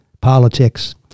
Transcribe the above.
politics